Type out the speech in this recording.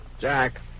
Jack